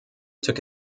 took